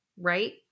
right